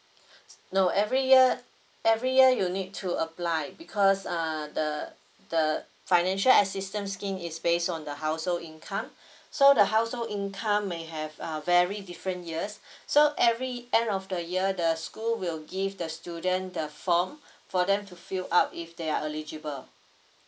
no every year every year you need to apply because uh the the financial assistance scheme is based on the household income so the household income may have uh vary different years so every end of the year the school will give the student the form for them to fill up if they are eligible